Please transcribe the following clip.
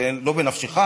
זה לא בנפשך,